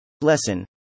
Lesson